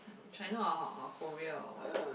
China or or Korea or what